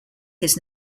his